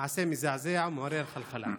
מעשה מזעזע, מעורר חלחלה.